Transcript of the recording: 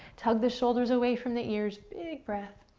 tug the shoulders away from the ears. big breath,